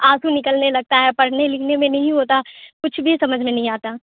آنسو نکلنے لگتا ہے پڑھنے لکھنے میں نہیں ہوتا کچھ بھی سمجھ میں نہیں آتا